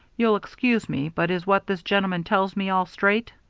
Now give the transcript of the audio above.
you'll excuse me, but is what this gentleman tells me all straight?